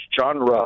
genre